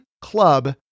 club